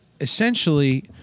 essentially